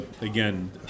again